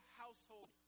household